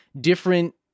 different